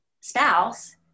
spouse